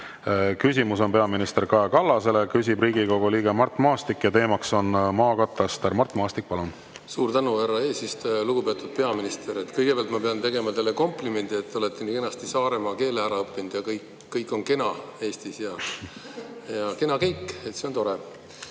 küsimus on peaminister Kaja Kallasele. Küsib Riigikogu liige Mart Maastik ja teemaks on maakataster. Mart Maastik, palun! Suur tänu, härra eesistuja! Lugupeetud peaminister! Kõigepealt ma pean tegema teile komplimendi, et te olete nii kenasti Saaremaa keele ära õppinud: kõik on kena Eestis ehk kena keik. See on tore!